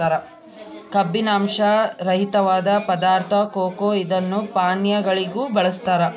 ಕಬ್ಬಿನಾಂಶ ರಹಿತವಾದ ಪದಾರ್ಥ ಕೊಕೊ ಇದನ್ನು ಪಾನೀಯಗಳಿಗೂ ಬಳಸ್ತಾರ